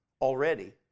already